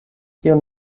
tiu